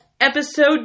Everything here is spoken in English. episode